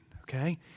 okay